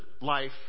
life